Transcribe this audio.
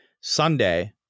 Sunday